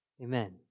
Amen